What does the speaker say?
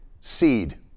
seed